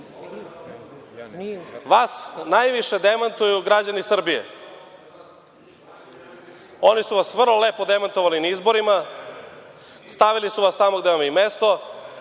najviše demantuju građani Srbije. Oni su vas vrlo lepo demantovali na izborima, stavili su vas tamo gde vam je i mesto.